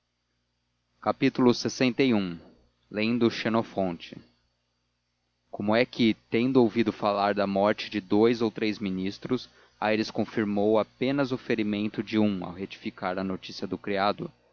católico josé lxi lendo xenofonte como é que tendo ouvido falar da morte de dous e três ministros aires confirmou apenas o ferimento de um ao retificar a notícia do criado